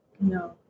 No